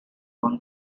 won